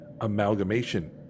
amalgamation